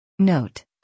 Note